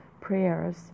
prayers